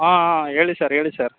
ಹಾಂ ಹಾಂ ಹೇಳಿ ಸರ್ ಹೇಳಿ ಸರ್